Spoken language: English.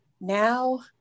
now